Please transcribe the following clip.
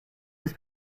his